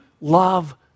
love